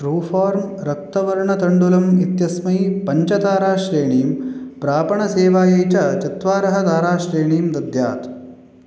true फ़ोर्म रक्तवर्णतण्डुलम् इत्यस्मै पञ्च ताराश्रेणीं प्रापणसेवायै च चत्वारः ताराश्रेणीं दद्यात्